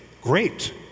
great